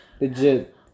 legit